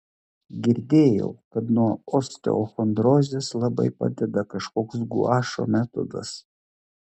girdėjau kad nuo osteochondrozės labai padeda kažkoks guašo metodas